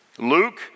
Luke